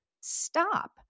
stop